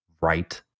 Right